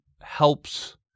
helps